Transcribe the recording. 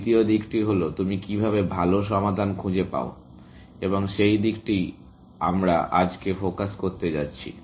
দ্বিতীয় দিকটি হল তুমি কিভাবে ভাল সমাধান খুঁজে পাও এবং সেই দিকটিই আমরা আজকে ফোকাস করতে যাচ্ছি